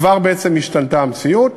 כבר בעצם השתנתה המציאות,